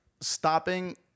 stopping